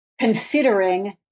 considering